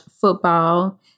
football